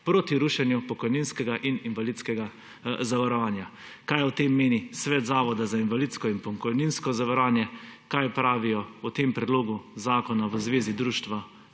Proti rušenju pokojninskega in invalidskega zavarovanja. Kaj o tem meni svet Zavoda za invalidsko in pokojninsko zavarovanje? Kaj pravijo o tem predlogu zakona v Zvezi društev